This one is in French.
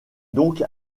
donc